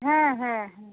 হ্যাঁ হ্যাঁ হ্যাঁ